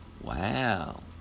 Wow